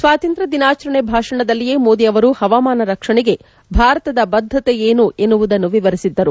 ಸ್ವಾತಂತ್ರ್ಯ ದಿನಾಚರಣೆ ಭಾಷಣದಲ್ಲಿಯೇ ಮೋದಿ ಅವರು ಹವಾಮಾನ ರಕ್ಷಣೆಗೆ ಭಾರತದ ಬದ್ಗತೆ ಏನು ಎನ್ನುವುದನ್ನು ವಿವರಿಸಿದ್ದರು